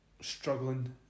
struggling